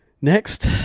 Next